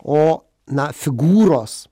o na figūros